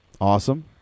Awesome